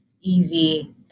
easy